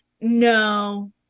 No